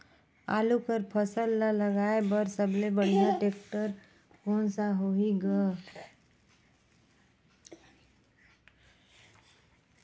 आलू कर फसल ल लगाय बर सबले बढ़िया टेक्टर कोन सा होही ग?